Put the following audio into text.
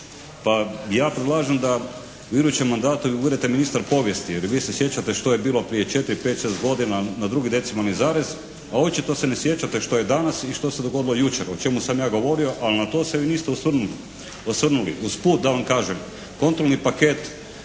pa ja predlažem da vi u idućem mandatu budete ministar povijesti, jer vi se sjećate što je bilo prije 4, 5, 6 godina na drugi decimalni zarez, a očito se ne sjećate što je danas i što se dogodilo jučer o čemu sam ja govorio. Ali na to se vi niste osvrnuli. Usput da vam kažem kontrolni paket